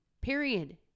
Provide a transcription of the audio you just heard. period